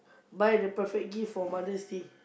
buy the perfect gift for Mother's Day